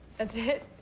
that's it?